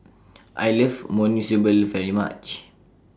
I like Monsunabe very much